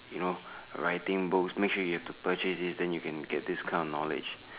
you know writing books make sure you have to purchase this then you can get this kind of knowledge